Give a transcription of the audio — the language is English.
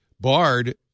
Bard